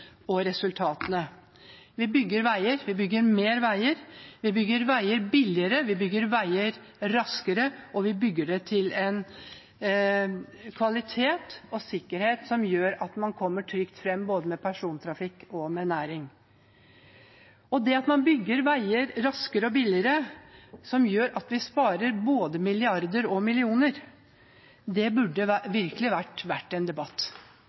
og resultatene. Vi bygger veier, vi bygger mer veier, vi bygger veier billigere, vi bygger veier raskere, og vi bygger dem med en kvalitet og en sikkerhet som gjør at både persontrafikken og næringslivstrafikken kommer trygt fram. At man bygger veier raskere og billigere, som gjør at vi sparer både milliarder og millioner, burde virkelig være verdt en debatt.